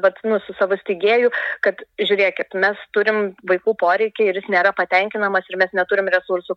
vat nu su savo steigėju kad žiūrėkit mes turim vaikų poreikiai ir jis nėra patenkinamas ir mes neturim resursų